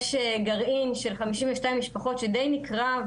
יש גרעין של 52 משפחות שדי נקרע,